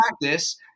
practice